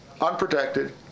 unprotected